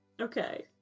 Okay